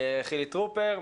חילי טרופר.